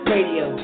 Radio